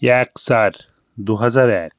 এক চার দু হাজার এক